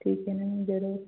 ठीक है मैम ज़रूर